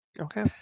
Okay